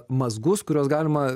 mazgus kuriuos galima